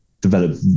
develop